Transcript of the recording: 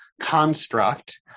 construct